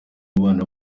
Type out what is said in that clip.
abana